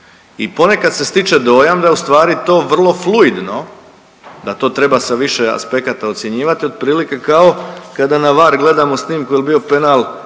I ponekad se stiče dojam da je ustvari to vrlo fluidno da to treba sa više aspekata ocjenjivati otprilike kao kada na VAR gledamo snimku jel bio penal